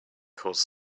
cause